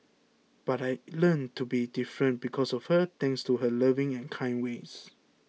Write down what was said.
but I learnt to be different because of her thanks to her loving and kind ways